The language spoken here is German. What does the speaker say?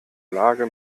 lage